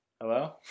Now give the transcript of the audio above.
Hello